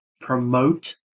promote